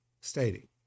stating